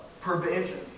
provision